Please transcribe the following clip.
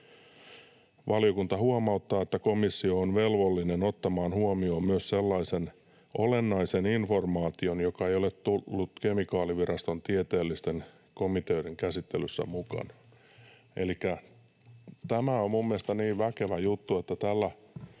Valiokunta huomauttaa, että komissio on velvollinen ottamaan huomioon myös sellaisen olennaisen informaation, joka ei ole ollut kemikaaliviraston tieteellisten komiteoiden käsittelyssä mukana.” Elikkä tämä on minun mielestäni niin väkevä juttu, että tällä